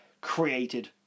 created